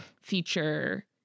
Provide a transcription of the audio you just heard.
feature